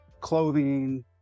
clothing